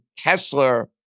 Kessler